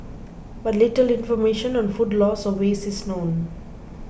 but little information on food loss or waste is known